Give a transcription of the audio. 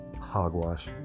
Hogwash